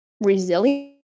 resilient